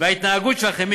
ההתנהגות שלכם,